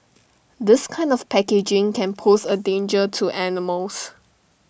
this kind of packaging can pose A danger to animals